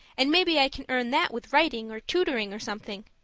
and maybe i can earn that with writing or tutoring or something.